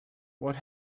what